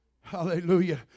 Hallelujah